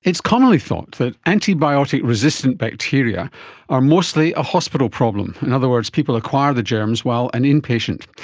it's commonly thought that antibiotic resistant bacteria are mostly a hospital problem. in other words, people acquire the germs while an inpatient.